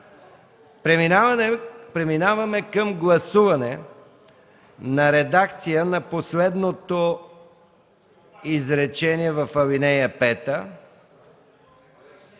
Преминаваме към гласуване на редакция на последното изречение в ал. 5.